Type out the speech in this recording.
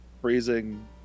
freezing